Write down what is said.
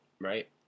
right